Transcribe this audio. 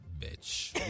bitch